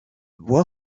bois